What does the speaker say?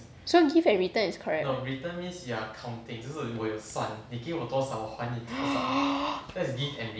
so give and return is correct